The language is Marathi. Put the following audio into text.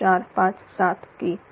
7457kW बरोबर